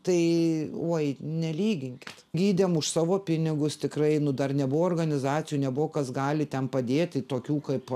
tai uoj nelyginkit gydėm už savo pinigus tikrai nu dar nebuvo organizacijų nebuvo kas gali ten padėti tokių kaip